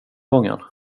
gången